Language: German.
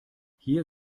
hier